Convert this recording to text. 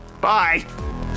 bye